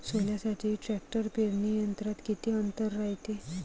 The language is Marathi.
सोल्यासाठी ट्रॅक्टर पेरणी यंत्रात किती अंतर रायते?